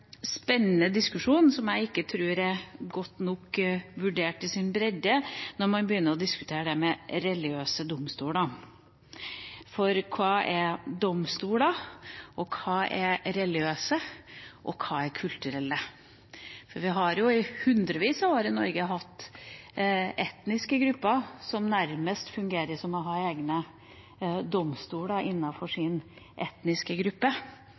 spennende diskusjon som jeg ikke tror er godt nok vurdert i sin bredde, når man begynner å diskutere dette med religiøse domstoler. For hva er «domstoler», hva er «religiøse», og hva er «kulturelle»? Vi har jo i hundrevis av år i Norge hatt etniske grupper som nærmest har hatt egne domstoler – innenfor sin etniske gruppe